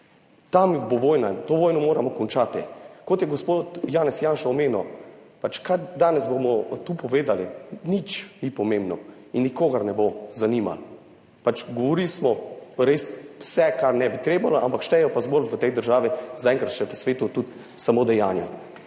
tam bo vojna in to vojno moramo končati, kot je gospod Janez Janša omenil. Pač kar danes bomo tu povedali, nič ni pomembno in nikogar ne bo zanimalo, pač govorili smo res vse, kar ne bi trebalo, ampak štejejo pa zgolj v tej državi, zaenkrat še v svetu, tudi samo dejanja.